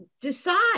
decide